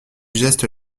geste